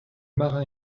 marin